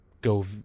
go